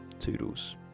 Toodles